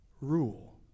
rule